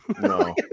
No